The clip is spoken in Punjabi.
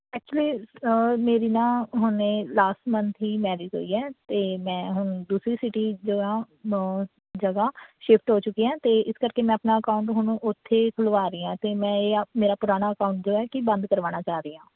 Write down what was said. ਐਕਚੁਲੀ ਮੇਰੀ ਨਾ ਹੁਣੇ ਲਾਸਟ ਮੰਥ ਹੀ ਮੈਰੀਜ ਹੋਈ ਹੈ ਅਤੇ ਮੈਂ ਹੁਣ ਦੂਸਰੀ ਸਿਟੀ ਜੋ ਆ ਮ ਜਗ੍ਹਾ ਸ਼ਿਫਟ ਹੋ ਚੁੱਕੀ ਹਾਂ ਅਤੇ ਇਸ ਕਰਕੇ ਮੈਂ ਆਪਣਾ ਅਕਾਊਂਟ ਹੁਣ ਉੱਥੇ ਖੁੱਲ੍ਹਵਾ ਰਹੀ ਹਾਂ ਅਤੇ ਮੈਂ ਇਹ ਆ ਮੇਰਾ ਪੁਰਾਣਾ ਅਕਾਊਂਟ ਜੋ ਹੈ ਕਿ ਬੰਦ ਕਰਵਾਉਣਾ ਚਾਹ ਰਹੀ ਹਾਂ